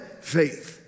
faith